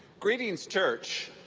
greetings, church.